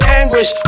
anguish